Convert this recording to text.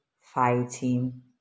fighting